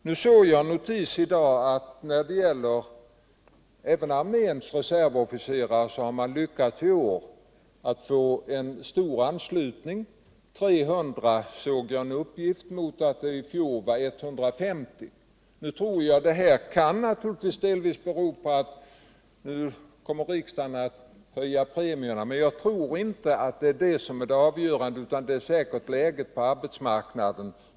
Jag såg i en notis i dag att man i år har lyckats få god anslutning även när det gäller arméns reservofficerare — 300 mot 150: fjol. Det kan naturligtvis ull en del bero på att man fått höra att riksdagen förmodligen skulle komma att höja premierna, men jag tror inte att detta har varit det avgörande, utan det är säkert läget på arbetsmarknaden.